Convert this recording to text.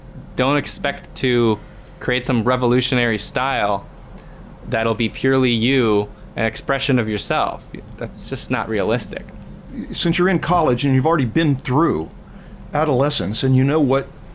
don't expect to create revolutionary style that'll be purely you an expression of yourself. that's just not realistic since you're in college, and you've already been through adolescence and you know what?